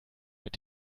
mit